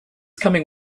coming